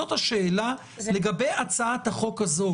זאת השאלה לגבי הצעת החוק הזאת.